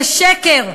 זה שקר.